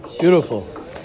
beautiful